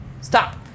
stop